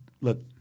look